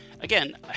again